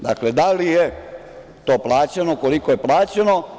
Dakle, da li je to plaćeno koliko je plaćeno?